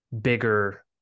bigger